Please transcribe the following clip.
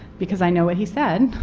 because i know what he said.